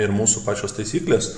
ir mūsų pačios taisyklės